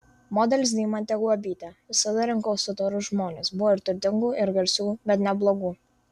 modelis deimantė guobytė visada rinkausi dorus žmones buvo ir turtingų ir garsių bet ne blogų